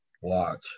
Watch